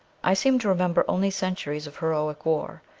i seem to remember only centuries of heroic war,